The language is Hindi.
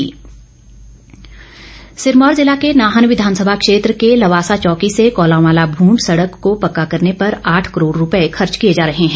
बिंदल सिरमौर जिला के नाहन विधानसभा क्षेत्र के लवासा चौकी से कौलांवाला भूड सड़क को पक्का करने पर आठ करोड़ रुपए खर्च किए जा रहे है